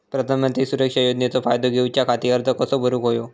प्रधानमंत्री सुरक्षा योजनेचो फायदो घेऊच्या खाती अर्ज कसो भरुक होयो?